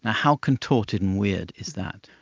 how contorted and weird is that?